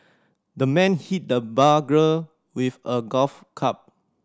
the man hit the burglar with a golf club